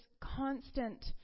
constant